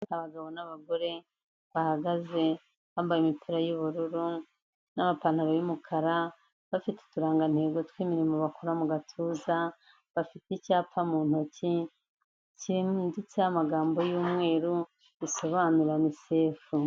Abagabo n'abagore bahagaze bambaye imipira y'ubururu n'amapantaro y'umukara, bafite uturangantego tw'imirimo bakora mu gatuza, bafite icyapa mu ntoki cyanditseho amagambo y'umweru bisobanura UNCEF.